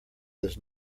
does